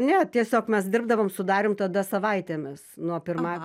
ne tiesiog mes dirbdavom su darium tada savaitėmis nuo pirma